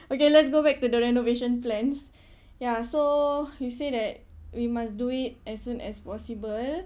okay let's go back to the renovation plans ya so you say that we must do it as soon as possible